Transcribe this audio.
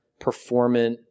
performant